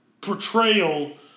Portrayal